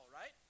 right